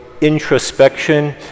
introspection